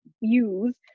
use